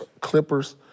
Clippers